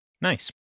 Nice